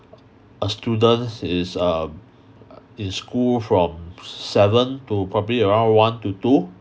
a student is uh in school from seven to probably around one to two